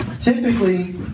typically